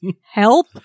Help